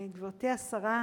גברתי השרה,